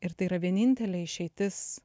ir tai yra vienintelė išeitis